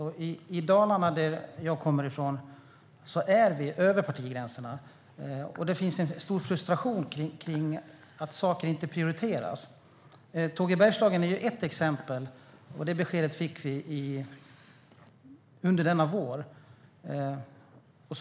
Jag kommer från Dalarna, och där upplever vi över partigränserna en stor frustration för att saker inte prioriteras. Tåg i Bergslagen är ett exempel, och det beskedet fick vi under våren.